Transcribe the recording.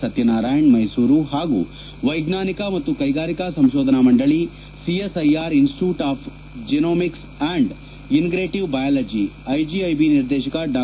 ಸತ್ಯನಾರಾಯಣ ಮೈಸೂರು ಹಾಗೂ ವೈಜ್ಞಾನಿಕ ಮತ್ತು ಕೈಗಾರಿಕಾ ಸಂಶೋಧನಾ ಮಂಡಳಿ CSIR institute of genomics and integrative biology IGIB ನಿರ್ದೇಶಕ ಡಾ